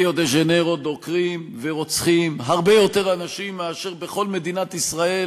בריו דה-ז'נרו דוקרים ורוצחים הרבה יותר אנשים מאשר בכל מדינת ישראל,